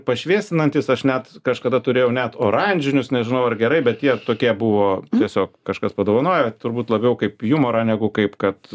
pašviesinantys aš net kažkada turėjau net oranžinius nežinau ar gerai bet jie tokie buvo tiesiog kažkas padovanojo turbūt labiau kaip jumorą negu kaip kad